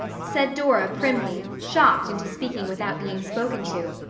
said dora primly, shocked into speaking without being spoken to,